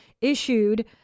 issued